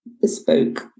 bespoke